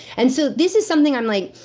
and so this is something i'm like.